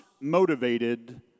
motivated